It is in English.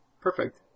Perfect